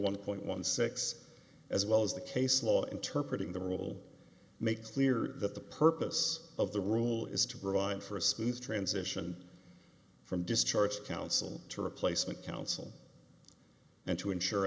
one point one six as well as the case law interpreted the rule makes clear that the purpose of the rule is to provide for a smooth transition from discharge counsel to replacement counsel and to ensure